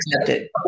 accepted